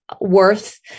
worth